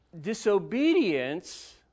disobedience